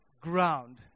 ground